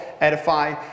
edify